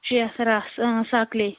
چیٚکھ رَس اۭں سَکلی